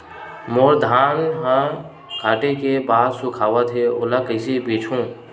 मोर धान ह काटे के बाद सुखावत हे ओला कइसे बेचहु?